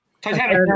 Titanic